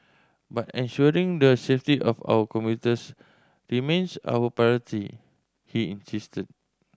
but ensuring the safety of our commuters remains our priority he insisted